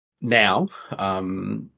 now